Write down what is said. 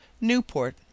Newport